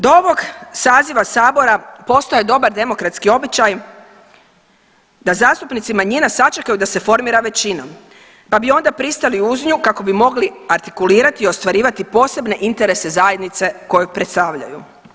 Do ovog saziva sabora postojao je dobar demokratski običaj da zastupnici manjina sačekaju da se formira većina pa bi onda pristali uz nju kako bi mogli artikulirati i ostvarivati posebne interese zajednice koje predstavljaju.